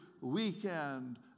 weekend